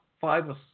five